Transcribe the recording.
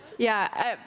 yeah,